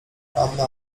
anna